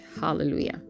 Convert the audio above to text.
Hallelujah